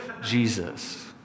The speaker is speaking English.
Jesus